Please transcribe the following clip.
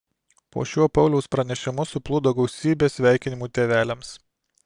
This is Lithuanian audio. po šiuo pauliaus pranešimu suplūdo gausybė sveikinimų tėveliams